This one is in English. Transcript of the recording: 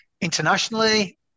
internationally